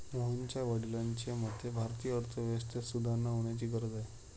मोहनच्या वडिलांच्या मते, भारतीय अर्थव्यवस्थेत सुधारणा होण्याची गरज आहे